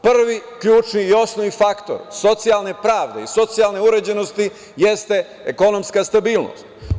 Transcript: Prvi, ključni i osnovni faktor socijalne pravde i socijalne uređenosti jeste ekonomska stabilnost.